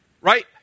Right